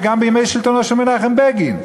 וגם בימי שלטונו של מנחם בגין.